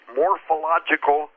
morphological